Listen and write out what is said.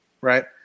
Right